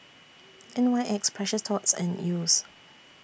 N Y X Precious Thots and Yeo's